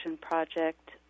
project